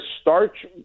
starch